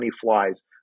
flies